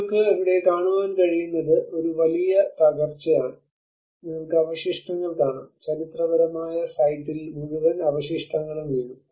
നിങ്ങൾക്ക് ഇവിടെ കാണാൻ കഴിയുന്നത് ഒരു വലിയ തകർച്ചയാണ് നിങ്ങൾക്ക് അവശിഷ്ടങ്ങൾ കാണാം ചരിത്രപരമായ സൈറ്റിൽ മുഴുവൻ അവശിഷ്ടങ്ങളും വീണു